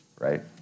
right